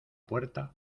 puerta